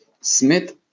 Smith